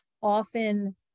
often